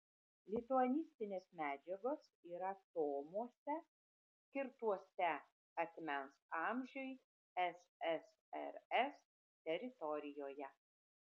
lituanistinės medžiagos yra tomuose skirtuose akmens amžiui ssrs teritorijoje